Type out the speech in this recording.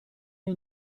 ihn